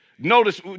Notice